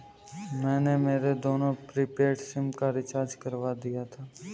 मैंने मेरे दोनों प्रीपेड सिम का रिचार्ज करवा दिया था